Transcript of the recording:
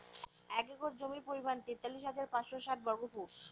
এক একর জমির পরিমাণ তেতাল্লিশ হাজার পাঁচশ ষাট বর্গফুট